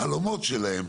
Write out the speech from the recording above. לחלומות שלהם,